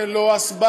זה לא הסברה,